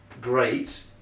great